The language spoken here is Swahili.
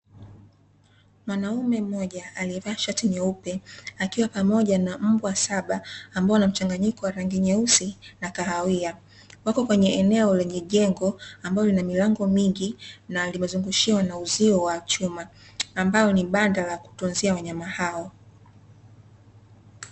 Mwanaume mmoja aliyevaa shati nyeupe akiwa pamoja na mbwa saba ambao wanamchanganyiko wa rangi nyeusi na kahawia, wako kwenye eneo lenye jengo ambalo lina milango mingi na limezungushiwa na uzio wa chuma, ambalo ni banda lakutunzia wanyama hao.